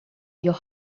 your